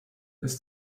bis